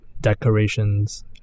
decorations